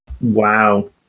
Wow